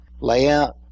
layout